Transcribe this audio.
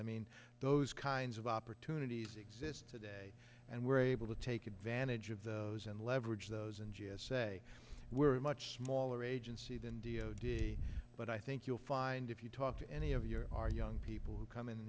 i mean those kinds of opportunities exist today and we're able to take advantage of those and leverage those and just say we're much smaller agency than d o d but i think you'll find if you talk to any of our young people who come in